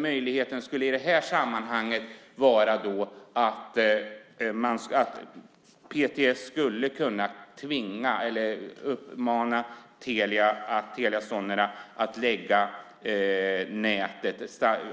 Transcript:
Möjligheten i det här sammanhanget är att PTS kan uppmana Telia Sonera att lägga